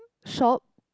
shop